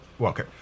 Okay